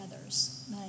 others